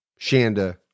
Shanda